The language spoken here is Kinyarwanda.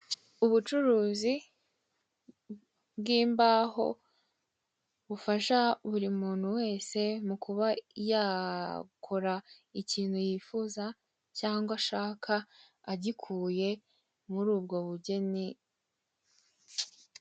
Ubucuruzi bw'imbaho bufasha buri muntu wese mu kuba yakora ikintu yifuza cyangwa ashaka agikuye muri ubwo bugeni.